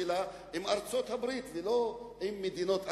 שלה עם ארצות-הברית ולא עם מדינות אחרות,